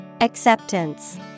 Acceptance